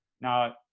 Now